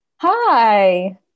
Hi